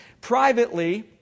privately